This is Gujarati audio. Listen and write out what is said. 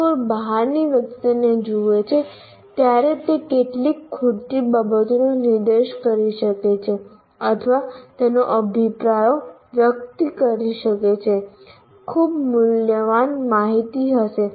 જ્યારે કોઈ બહારની વ્યક્તિ તેને જુએ છે ત્યારે તે કેટલીક ખૂટતી બાબતોનો નિર્દેશ કરી શકે છે અથવા તેઓ અભિપ્રાયો વ્યક્ત કરી શકે છે જે ખૂબ મૂલ્યવાન માહિતી હશે